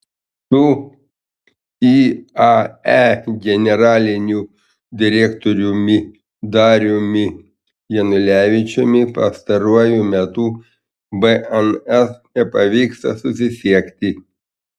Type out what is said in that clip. su iae generaliniu direktoriumi dariumi janulevičiumi pastaruoju metu bns nepavyksta susisiekti